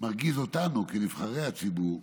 מרגיז אותנו כנבחרי הציבור,